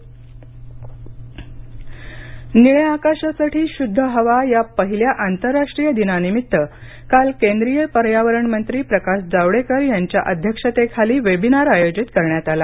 जावडेकर निळ्या आकाशासाठी शुद्ध हवा या पहिल्या आंतरराष्ट्रीय दिनानिमित काल केंद्रीय पर्यावरणमंत्री प्रकाश जावडेकर यांच्या अध्यक्षतेखाली वेबिनार आयोजित करण्यात आला